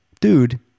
dude